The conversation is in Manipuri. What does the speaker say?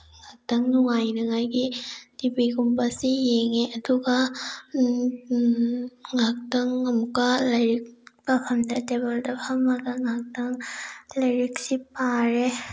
ꯉꯥꯛꯇꯪ ꯅꯨꯡꯉꯥꯏꯅꯉꯥꯏꯒꯤ ꯇꯕꯤꯒꯨꯝꯕꯁꯤ ꯌꯦꯡꯑꯦ ꯑꯗꯨꯒ ꯉꯥꯏꯍꯥꯛꯇꯪ ꯑꯃꯨꯛꯀ ꯂꯥꯏꯔꯤꯛ ꯄꯥꯐꯝꯗ ꯇꯦꯕꯜꯗ ꯐꯝꯃꯒ ꯉꯥꯏꯍꯥꯛꯇꯪ ꯂꯥꯏꯔꯤꯛꯁꯤ ꯄꯥꯔꯦ